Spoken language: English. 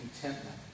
contentment